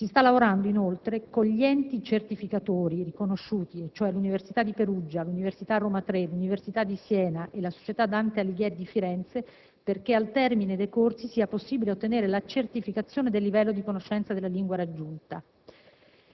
Si sta lavorando inoltre con gli enti certificatori riconosciuti - l'Università di Perugia, l'Università Roma Tre, l'Università di Siena e la Società Dante Alighieri di Firenze - perché al termine dei corsi sia possibile ottenere la certificazione del livello di conoscenza della lingua raggiunto.